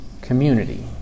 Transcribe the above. community